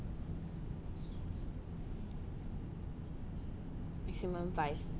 maximum five